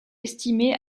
estimé